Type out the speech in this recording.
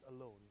alone